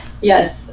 Yes